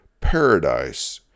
paradise